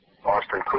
Austin